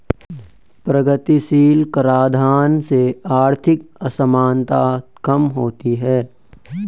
प्रगतिशील कराधान से आर्थिक असमानता कम होती है